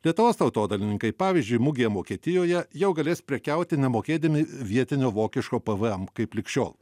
lietuvos tautodailininkai pavyzdžiui mugėje mokietijoje jau galės prekiauti nemokėdami vietinio vokiško pvm kaip lig šiol